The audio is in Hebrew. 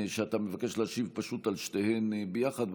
שאתה מבקש להשיב פשוט על שתיהן ביחד,